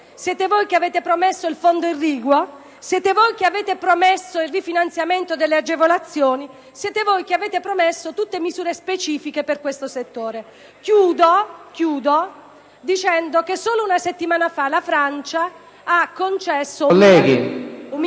siete voi che avete promesso il Fondo irriguo; siete voi che avete promesso il rifinanziamento delle agevolazioni; siete voi che avete promesso misure specifiche per questo settore. Solo una settimana fa la Francia ha concesso un miliardo